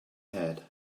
had